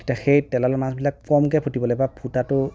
তেতিয়া সেই তেলাল মাছবিলাক কমকে ফুটিবলৈ বা ফুটাতো